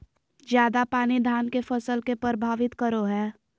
ज्यादा पानी धान के फसल के परभावित करो है?